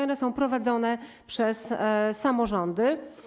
One są prowadzone przez samorządy.